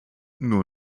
nur